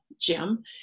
Jim